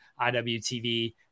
IWTV